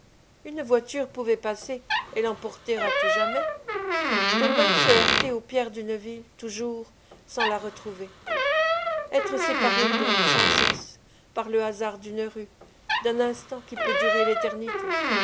une voiture pouvait passer et l'emporter à tout jamais demain se heurter aux pierres d'une ville toujours sans la retrouver être séparé d'elle sans cesse par le hasard d'une rue d'un instant qui peut durer l'éternité